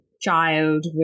child